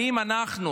האם אנחנו,